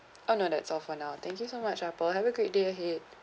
oh no no that's all for now thank you so much apple have a great day ahead